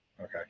Okay